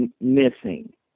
missing